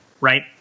right